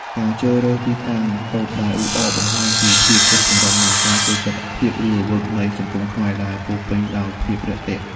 ការជ្រើសរើសទីតាំងតូបដែលអ៊ូអរ បង្ហាញពីភាពចុះសម្រុង និងការចូលចិត្តភាពរស់រវើកនៃសង្គមខ្មែរ ដែលពោរពេញដោយភាពរាក់ទាក់។